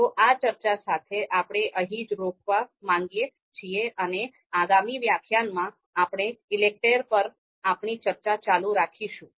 તો આ ચર્ચા સાથે આપણે અહીં જ રોકાવા માંગીએ છીએ અને આગામી વ્યાખ્યાનમાં આપણે ઈલેકટેર પર આપણી ચર્ચા ચાલુ રાખીશું